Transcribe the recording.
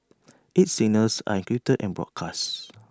its signals are encrypted and broadcast